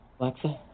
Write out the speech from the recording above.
Alexa